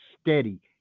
steady